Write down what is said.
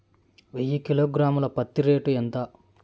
వెయ్యి కిలోగ్రాము ల పత్తి రేటు ఎంత?